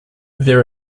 there